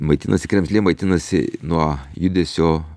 maitinasi kremzlė maitinasi nuo judesio